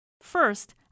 First